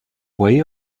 way